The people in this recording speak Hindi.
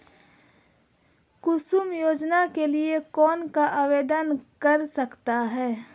कुसुम योजना के लिए कौन आवेदन कर सकता है?